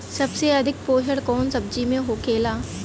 सबसे अधिक पोषण कवन सब्जी में होखेला?